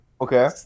Okay